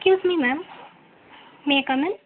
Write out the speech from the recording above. excuse me ma'am may I come in